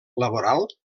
laboral